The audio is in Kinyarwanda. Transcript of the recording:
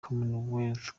commonwealth